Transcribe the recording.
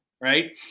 right